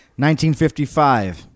1955